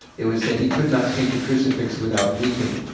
it was said he could not paint a crucifix without weeping.